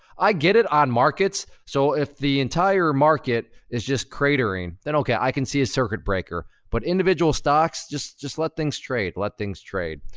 i get it on markets. so if the entire market is just cratering, then okay, i can see a circuit breaker. but individual stocks, just just let things trade. let things trade.